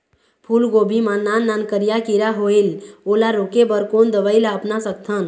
फूलगोभी मा नान नान करिया किरा होयेल ओला रोके बर कोन दवई ला अपना सकथन?